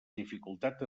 dificultat